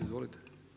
Izvolite.